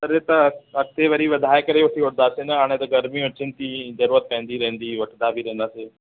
अड़े त अॻिते वरी वधाए करे असी वठंदासे न हाणे त गर्मियूं अचनि थी ज़रूरत पवंदी रहंदी वठंदा बि रहंदासे